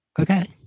Okay